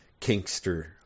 kinkster